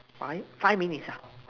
five five minutes ah